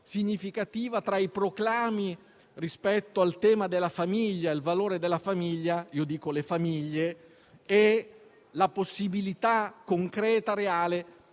si registra tra i proclami rispetto al tema della famiglia e del valore della famiglia - io dico le famiglie - e la possibilità concreta e reale